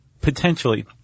potentially